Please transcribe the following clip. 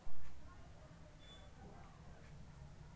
आईएमएफत देखनी नया देशक सदस्यता मिल बे